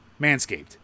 Manscaped